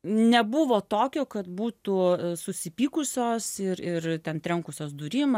nebuvo tokio kad būtų susipykusios ir ir ten trenkusios durim